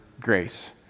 grace